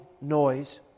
noise